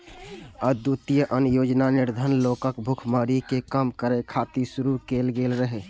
अंत्योदय अन्न योजना निर्धन लोकक भुखमरी कें कम करै खातिर शुरू कैल गेल रहै